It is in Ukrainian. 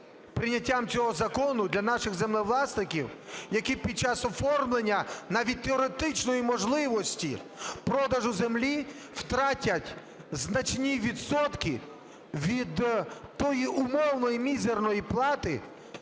прийняттям цього закону для наших землевласників, які під час оформлення, навіть теоретичної можливості продажу землі, втратять значні відсотки від тої умовної мізерної плати,